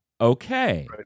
Okay